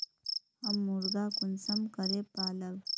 हम मुर्गा कुंसम करे पालव?